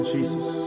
Jesus